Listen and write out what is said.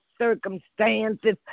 circumstances